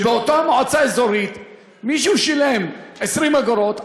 שבאותה מועצה אזורית מישהו שילם 20 אגורות,